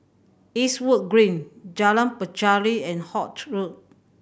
Eastwood Green Jalan Pacheli and Holt Road